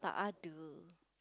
tak ada